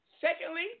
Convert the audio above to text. Secondly